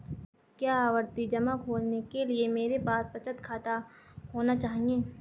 क्या आवर्ती जमा खोलने के लिए मेरे पास बचत खाता होना चाहिए?